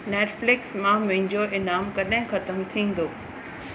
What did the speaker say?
Netflix मां मुंहिंजो इनाम कॾहिं ख़तमु थींदो